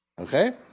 Okay